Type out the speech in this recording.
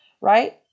right